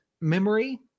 memory